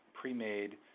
pre-made